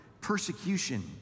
persecution